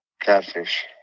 catfish